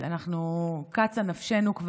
כבר קצה נפשנו.